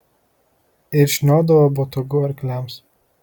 ir šniodavo botagu arkliams